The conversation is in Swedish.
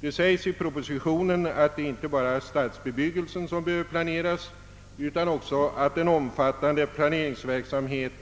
Det framhålles också i propositionen att det inte bara är stadsbebyggelsen som behöver planeras. Även en omfattande planeringsverksamhet